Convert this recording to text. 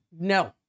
No